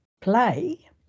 play